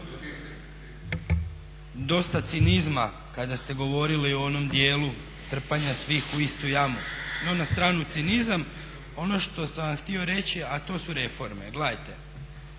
Dosta cinizma kada ste govorili o onom dijelu trpanja svih u istu jamu, no na stranu cinizam. Ono što sam vam htio reći, a to su reforme. Gledajte,